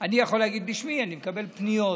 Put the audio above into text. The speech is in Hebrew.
אני יכול להגיד בשמי, אני מקבל פניות